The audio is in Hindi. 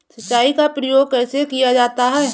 सिंचाई का प्रयोग कैसे किया जाता है?